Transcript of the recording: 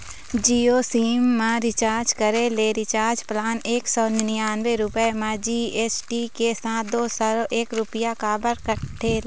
Jio sim मा recharge करे ले रिचार्ज प्लान एक सौ निन्यानबे रुपए मा जी.एस.टी के साथ दो सौ एक रुपया काबर कटेल?